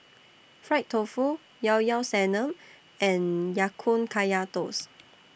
Fried Tofu Llao Llao Sanum and Ya Kun Kaya Toast